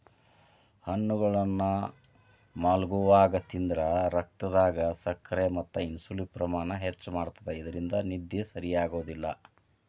ಹಣ್ಣುಗಳನ್ನ ಮಲ್ಗೊವಾಗ ತಿಂದ್ರ ರಕ್ತದಾಗ ಸಕ್ಕರೆ ಮತ್ತ ಇನ್ಸುಲಿನ್ ಪ್ರಮಾಣ ಹೆಚ್ಚ್ ಮಾಡ್ತವಾ ಇದ್ರಿಂದ ನಿದ್ದಿ ಸರಿಯಾಗೋದಿಲ್ಲ